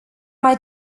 mai